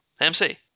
MC